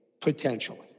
Potentially